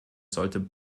sollte